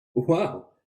wow